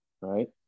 right